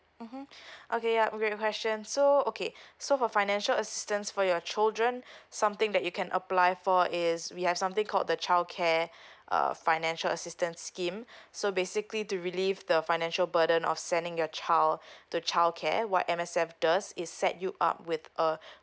mmhmm okay yup great question so okay so for financial assistance for your children something that you can apply for is we have something called the childcare uh financial assistance scheme so basically to relieve the financial burden of sending your child to childcare what M_S_F does is set you up with uh